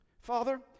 Father